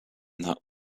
that